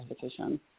petition